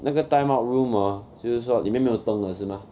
那个 time out room orh 就是说里面灯的是吗